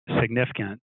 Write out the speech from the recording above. significant